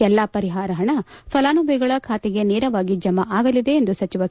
ಎಲ್ಲ ಪರಿಹಾರ ಹಣ ಫಲಾನುಭವಿಗಳ ಖಾತೆಗೆ ನೇರವಾಗಿ ಜಮಾ ಆಗಲಿದೆ ಎಂದು ಸಚಿವ ಕೆ